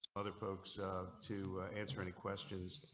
other folks to answer any questions.